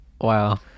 Wow